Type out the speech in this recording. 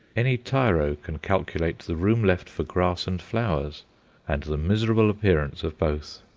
any tiro can calculate the room left for grass and flowers and the miserable appearance of both.